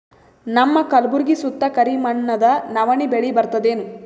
ನಮ್ಮ ಕಲ್ಬುರ್ಗಿ ಸುತ್ತ ಕರಿ ಮಣ್ಣದ ನವಣಿ ಬೇಳಿ ಬರ್ತದೇನು?